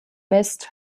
west